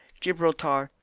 gibraltar,